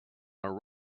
are